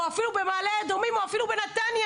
או אפילו במעלה אדומים או אפילו בנתניה?